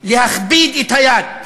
להכביד את היד.